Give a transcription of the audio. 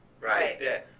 Right